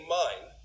mind